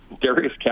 Darius